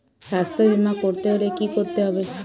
স্বাস্থ্যবীমা করতে হলে কি করতে হবে?